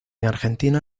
argentina